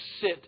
sit